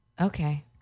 Okay